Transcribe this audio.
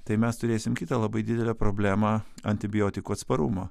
tai mes turėsim kitą labai didelę problemą antibiotikų atsparumą